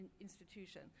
institution